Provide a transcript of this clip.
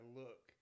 look